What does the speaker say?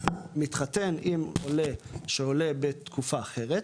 לארץ ומתחתן עם עולה שעולה בתקופה אחרת,